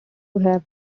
have